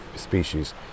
species